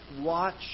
watch